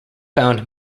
found